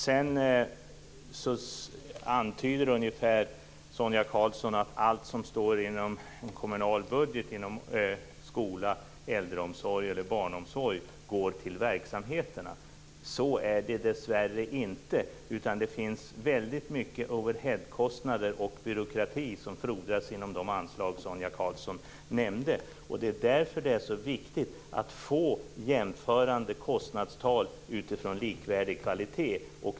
Sedan antyder Sonia Karlsson att allt som ingår i den kommunala budgeten inom skola, äldreomsorg och barnomsorg går till verksamheterna. Så är det dessvärre inte. Det finns väldigt mycket overheadkostnader och byråkrati som frodas inom de anslag som Sonia Karlsson nämnde. Det är därför det är så viktigt att få jämförande kostnadstal utifrån likvärdig kvalitet.